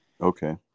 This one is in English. Okay